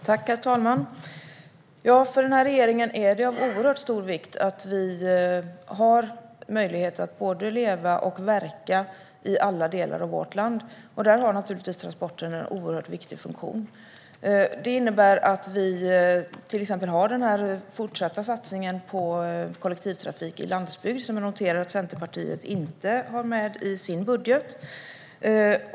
Herr talman! För denna regering är det av stor vikt att vi har möjlighet att både leva och verka i alla delar av landet. Där har naturligtvis transporterna en viktig funktion. Det innebär att vi till exempel fortsätter satsa på kollektivtrafik i landsbygd, vilket jag noterar att Centerpartiet inte har med i sin budget.